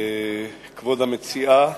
כבוד המציעה,